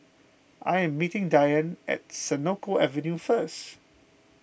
I am meeting Dianne at Senoko Avenue first